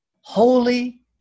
holy